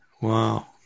Wow